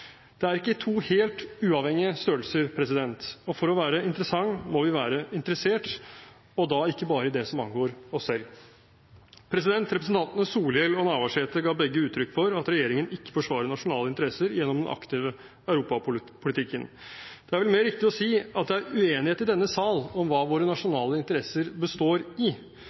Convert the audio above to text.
Det er ikke to helt uavhengige størrelser, og for å være interessant må vi være interessert, og da ikke bare i det som angår oss selv. Representantene Solhjell og Navarsete ga begge uttrykk for at regjeringen ikke forsvarer nasjonale interesser gjennom den aktive europapolitikken. Det er vel mer riktig å si at det er uenighet i denne sal om hva våre nasjonale interesser består i.